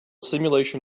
simulation